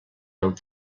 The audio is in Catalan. amb